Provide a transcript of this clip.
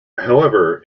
however